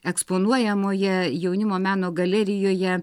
eksponuojamoje jaunimo meno galerijoje